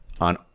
on